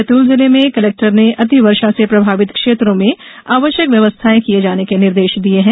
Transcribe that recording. बैतूल जिले में कलेक्टर ने अतिवर्षा से प्रभावित क्षेत्रों में आवश्यक व्यवस्थायें किये जाने के निर्देश दिये हैं